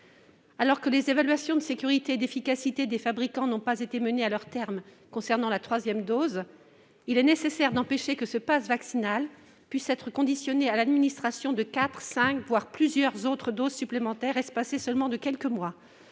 Alors que les évaluations de sécurité et d'efficacité des fabricants n'ont pas été menées à leur terme en ce qui concerne la troisième dose, il est nécessaire d'empêcher que ce passe vaccinal puisse être conditionné à l'administration de quatre, cinq, voire plusieurs autres injections, espacées de seulement quelques mois,